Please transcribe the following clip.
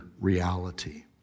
reality